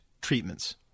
treatments